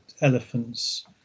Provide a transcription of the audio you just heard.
elephants